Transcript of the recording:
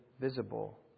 visible